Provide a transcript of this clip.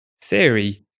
theory